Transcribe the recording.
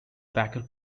packer